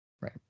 Right